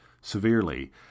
severely